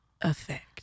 effect